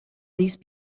these